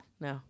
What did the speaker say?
No